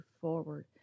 forward